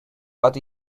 but